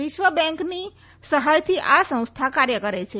વિશ્વ બેંકની સહાયથી આ સંસ્થા કાર્ય કરે છે